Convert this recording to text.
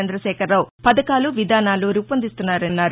చంద్రశేఖరరావు పథకాలు విధానాలు రూపొందిస్తున్నారన్నారు